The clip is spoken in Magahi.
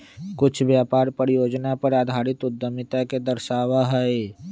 कुछ व्यापार परियोजना पर आधारित उद्यमिता के दर्शावा हई